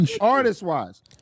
Artist-wise